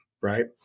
right